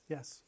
Yes